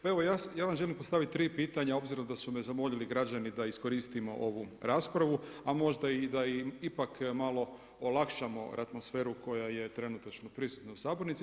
Pa evo ja vam želim postaviti tri pitanja obzirom da su me zamolili građani da iskoristimo ovu raspravu, a možda da i ipak malo olakšamo atmosferu koja je trenutačno prisutna u sabornici.